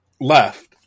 left